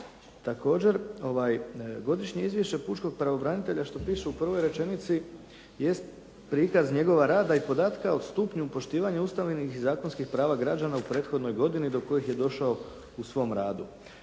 Također godišnje izvješće pučkog pravobranitelja što piše u prvoj rečenici, jest prikaz njegovog rada i podatka o stupnju poštivanja ustavnih i zakonskih prava građana u prethodnoj godini do kojih je došao u svom radu.